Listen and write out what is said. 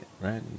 right